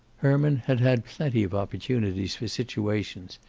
herman had had plenty of opportunities for situations,